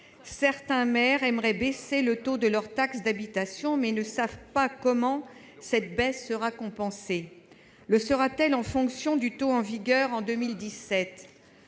Certains maires aimeraient baisser le taux de la taxe d'habitation dans leur commune, mais ils ne savent pas comment cette baisse sera compensée. Le sera-t-elle en fonction du taux en vigueur en 2017 ?